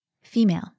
female